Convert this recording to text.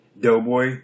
Doughboy